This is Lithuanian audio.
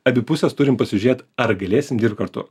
abi pusės turim pasižiūrėt ar galėsim dirbt kartu